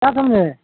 کیا سمجھے